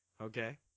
Okay